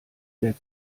der